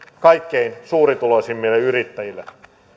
kaikkein suurituloisimmille yrittäjille